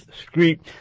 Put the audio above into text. street